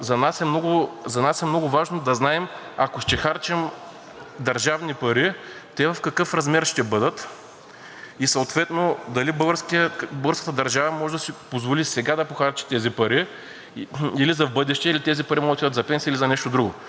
и съответно дали българската държава може да си позволи сега да похарчи тези пари, или в бъдеще, или тези пари могат да отидат за пенсии, или за нещо друго? Ние трябва да имаме тази информация, за да можем да вземем обосновано решение. Затова предлагам в точка